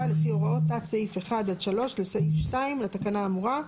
לפי הוראות תת סעיף 1 עד 3 לסעיף 2 לתקנה האמורה,